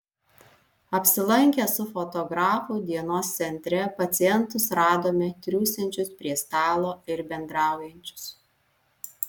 apsilankę su fotografu dienos centre pacientus radome triūsiančius prie stalo ir bendraujančius